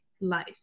life